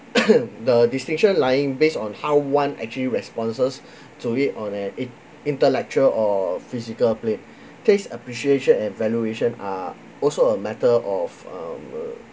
the distinction lying based on how one actually responses to it on an in~ intellectual or physical plane taste appreciation and valuation are also a matter of um uh